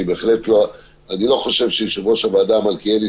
אני לא חושב שיושב-ראש הוועדה מלכיאלי,